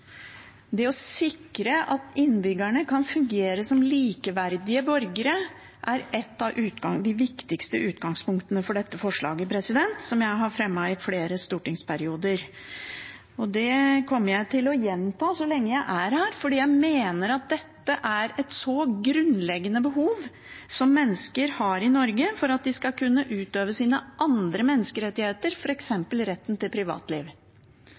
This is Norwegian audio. Det å sikre at innbyggerne kan fungere som likeverdige borgere, er et av de viktigste utgangspunktene for dette forslaget – som jeg har fremmet i flere stortingsperioder. Det kommer jeg til å gjenta så lenge jeg er her, fordi jeg mener at dette er et så grunnleggende behov som mennesker har i Norge, for at de skal kunne få oppfylt sine andre menneskerettigheter, f.eks. retten til privatliv,